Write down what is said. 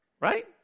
right